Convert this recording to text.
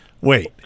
wait